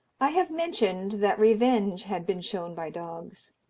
i have mentioned that revenge had been shown by dogs,